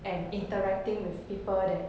and interacting with people that